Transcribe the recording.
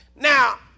Now